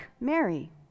Mary